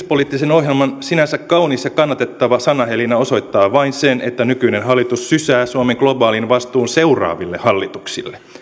ohjelman sinänsä kaunis ja kannatettava sanahelinä osoittaa vain sen että nykyinen hallitus sysää suomen globaalin vastuun seuraaville hallituksille